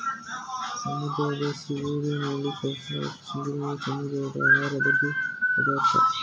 ಸಮುದ್ರದ ಸಿಗಡಿ, ನಳ್ಳಿ, ಅಕ್ಟೋಪಸ್, ಸಿಂಪಿಗಳು, ಸಮುದ್ರದ ಆಹಾರದ ಪದಾರ್ಥ